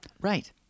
Right